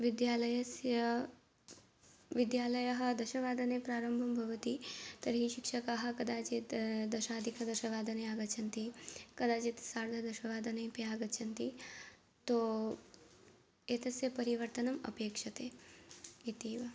विद्यालयस्य विद्यालयः दशवादने प्रारम्भः भवति तर्हि शिक्षकाः कदाचित् दशाधिकदशवादने आगच्छन्ति कदाचित् सार्धदशवादनेपि आगच्छन्ति तो एतस्य परिवर्तनम् अपेक्ष्यते इत्येव